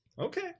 Okay